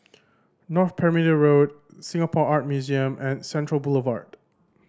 North Perimeter Road Singapore Art Museum and Central Boulevard